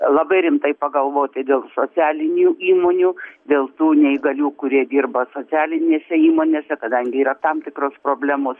labai rimtai pagalvoti dėl socialinių įmonių dėl tų neįgalių kurie dirba socialinėse įmonėse kadangi yra tam tikros problemos